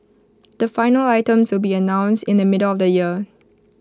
the final items will be announced in the middle of the year